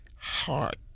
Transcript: heart